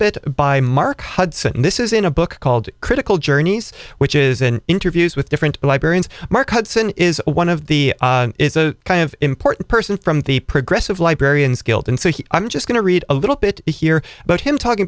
bit by my arc hudson this is in a book called critical journeys which is in interviews with different librarians markets and is one of the is a kind of important person from the progressive librarians guild and so he i'm just going to read a little bit here about him talking